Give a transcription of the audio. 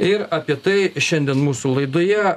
ir apie tai šiandien mūsų laidoje